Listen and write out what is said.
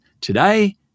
Today